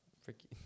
Freaky